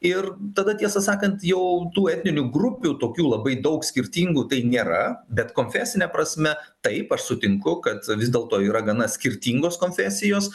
ir tada tiesą sakant jau tų etninių grupių tokių labai daug skirtingų tai nėra bet konfesine prasme taip aš sutinku kad vis dėlto yra gana skirtingos konfesijos